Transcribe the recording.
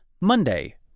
Monday